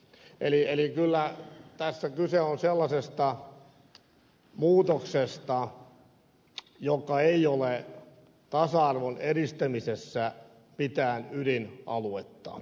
eli kyllä tässä kyse on sellaisesta muutoksesta joka ei ole tasa arvon edistämisessä mitään ydinaluetta